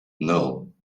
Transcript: nul